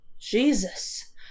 Jesus